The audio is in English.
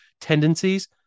tendencies